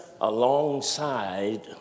alongside